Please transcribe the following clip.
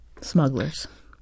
Smugglers